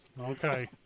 Okay